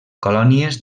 colònies